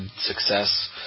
success